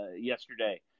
yesterday